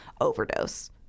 overdose